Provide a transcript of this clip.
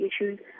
issues